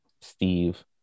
Steve